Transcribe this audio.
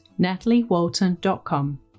nataliewalton.com